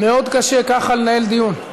מאוד קשה ככה לנהל דיון.